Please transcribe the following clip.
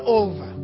over